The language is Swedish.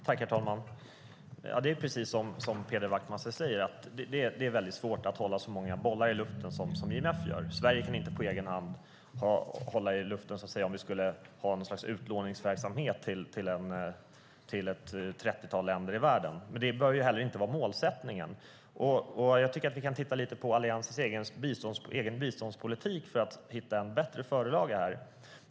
Herr talman! Det är, precis som Peder Wachtmeister säger, väldigt svårt att hålla så många bollar i luften som IMF gör. Sverige skulle inte på egen hand kunna hålla dem i luften om vi skulle ha något slags utlåningsverksamhet i ett trettiotal länder i världen. Men det bör inte heller vara målsättningen. Jag tycker att vi kan titta på Alliansens egen biståndspolitik för att hitta en bättre förlaga här.